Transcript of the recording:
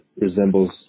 resembles